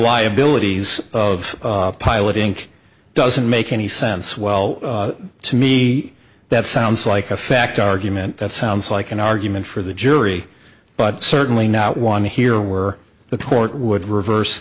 liabilities of pilot inc doesn't make any sense well to me that sounds like a fact argument that sounds like an argument for the jury but certainly not one here were the court would reverse